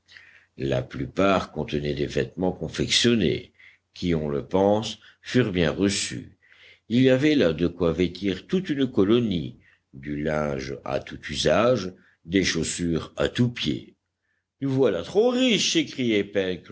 la plupart contenaient des vêtements confectionnés qui on le pense furent bien reçus il y avait là de quoi vêtir toute une colonie du linge à tout usage des chaussures à tous pieds nous voilà trop riches